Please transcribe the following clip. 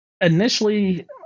initially